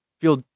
feel